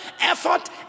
effort